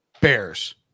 Bears